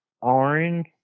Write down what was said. orange